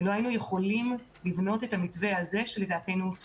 לא היינו יכולים לבנות את המתווה הזה שלדעתנו הוא טוב.